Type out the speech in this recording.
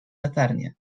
latarnię